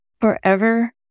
Forever